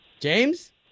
James